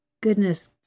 goodness